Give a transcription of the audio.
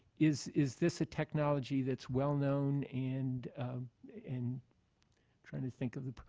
is is this a technology that's well known and and trying to think of